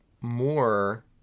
more